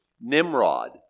Nimrod